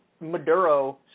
Maduro